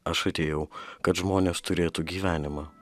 aš atėjau kad žmonės turėtų gyvenimą